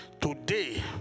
today